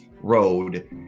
road